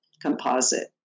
composite